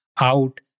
out